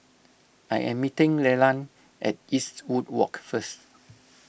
I am meeting Leland at Eastwood Walk first